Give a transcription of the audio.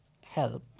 help